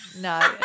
no